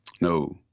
no